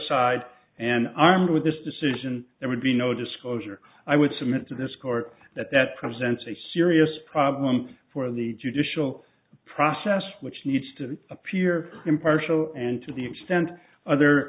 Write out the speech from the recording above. side and armed with this decision there would be no disclosure i would submit to this court that that presents a serious problem for the judicial process which needs to appear impartial and to the extent